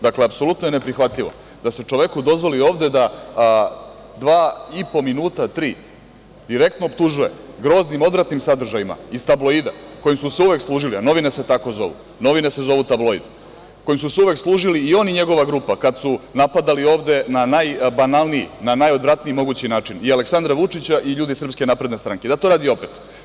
Dakle, apsolutno je neprihvatljivo da se čoveku dozvoli ovde da dva i po, tri minuta direktno optužuje groznim, odvratnim sadržajima iz tabloida, kojim su se uvek služili, a novine se tako zovu, novine se zovu „Tabloid“, kojim su se uvek služili i on i njegova grupa kad su napadali ovde na najbanalniji, na najodvratniji mogući način i Aleksandra Vučića i ljude iz SNS-a, da to radi opet.